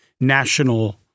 national